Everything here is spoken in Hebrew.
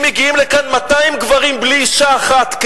אם מגיעים לכאן 200 גברים בלי אשה אחת,